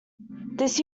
this